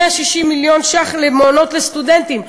160 מיליון ש"ח למעונות לסטודנטים,